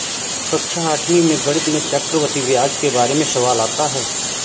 कक्षा आठवीं में गणित में चक्रवर्ती ब्याज के बारे में सवाल आता है